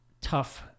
tough